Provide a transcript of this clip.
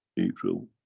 april,